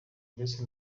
ndetse